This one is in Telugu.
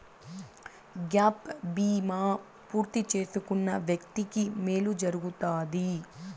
గ్యాప్ బీమా పూర్తి చేసుకున్న వ్యక్తికి మేలు జరుగుతాది